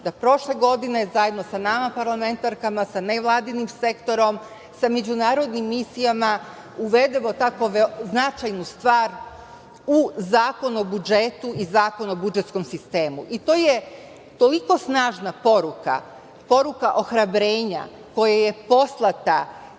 da prošle godine zajedno sa nama parlamentarkama, sa nevladinim sektorom, sa međunarodnim misijama uvedemo tako značajnu stvar u Zakon o budžetu i Zakon o budžetskom sistemu. To je toliko snažna poruka, poruka ohrabrenja koja je poslata